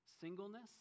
singleness